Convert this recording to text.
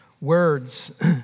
words